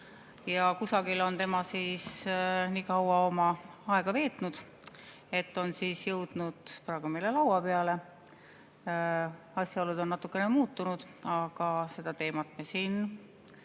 ja kusagil on ta nii kaua oma aega veetnud, et on jõudnud [alles] praegu meile laua peale. Asjaolud on natukene muutunud, aga seda teemat me siin